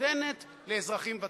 נותנת לאזרחים ותיקים.